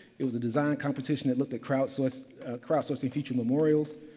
it was a design competition that looked at crowdsourcing crowdsourcing future memorials.